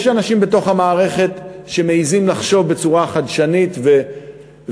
יש אנשים בתוך המערכת שמעזים לחשוב בצורה חדשנית ואמיצה,